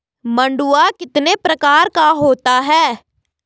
मंडुआ कितने प्रकार का होता है?